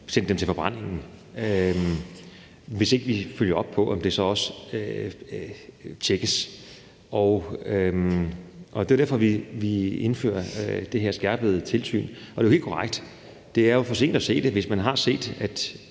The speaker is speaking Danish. sende det til forbrænding, hvis man ikke følger op på, om det så også tjekkes. Det er jo derfor, vi indfører det her skærpede tilsyn, og det er jo helt korrekt, at det, hvis der er kommet